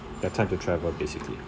the time to travel basically